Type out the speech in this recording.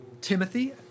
Timothy